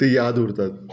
ते याद उरतात